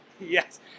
Yes